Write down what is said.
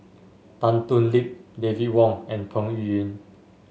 Tan Thoon Lip David Wong and Peng Yuyun